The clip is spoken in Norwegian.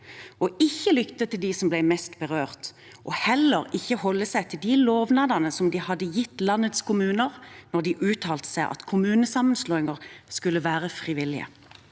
ikke lytte til dem som ble mest berørt, og heller ikke holde seg til de lovnadene som de hadde gitt til landets kommuner da de uttalte at kommunesammenslåinger skulle være frivillige.